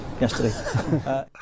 yesterday